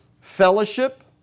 fellowship